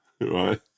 right